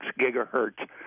gigahertz